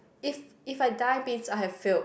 if if I die means I have failed